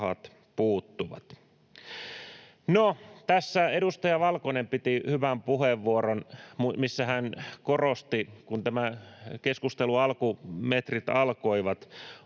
puuttuvat. No, tässä edustaja Valkonen piti hyvän puheenvuoron, kun tämän keskustelun alkumetrit alkoivat,